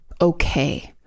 okay